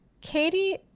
Katie